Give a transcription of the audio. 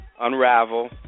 unravel